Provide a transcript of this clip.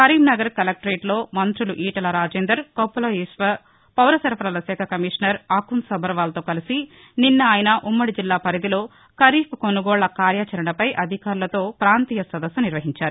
కరీంనగర్ కలెక్టరేట్లో మంతులు ఈటల రాజేందర్ కొప్పుల ఈశ్వర్ పౌరసరఫరాలశాఖ కమిషనర్ అకున్ సభర్వాల్తో కలిసి నిన్న ఆయన ఉమ్మడి జిల్లా పరిధిలో ఖరీఫ్ కొసుగోళ్ల కార్యాచరణపై అధికారులతో ప్రాంతీయ సదస్సు నిర్వహించారు